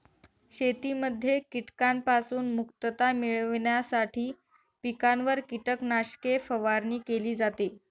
शेतीमध्ये कीटकांपासून मुक्तता मिळविण्यासाठी पिकांवर कीटकनाशके फवारणी केली जाते